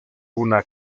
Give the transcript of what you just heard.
una